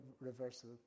reversal